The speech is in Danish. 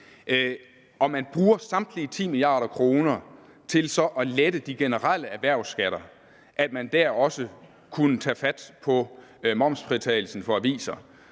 og så bruger samtlige 10 mia. kr. til at lette de generelle erhvervsskatter, kunne tage fat på momsfritagelsen for aviser.